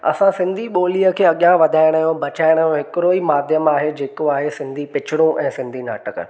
असां सिंधी ॿोलीअ खे अॻियां वधाइण जो बचाइण यो हिकिड़ो ई माध्यम आहे जेको आहे सिंधी पिचरूं ऐं सिंधी नाटक